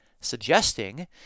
suggesting